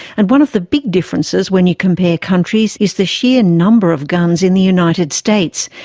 and one of the big differences when you compare countries is the sheer number of guns in the united states.